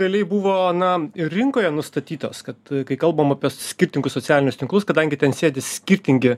realiai buvo na ir rinkoje nustatytos kad kai kalbam apie skirtingus socialinius tinklus kadangi ten sėdi skirtingi